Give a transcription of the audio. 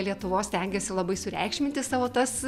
lietuvos stengiasi labai sureikšminti savo tas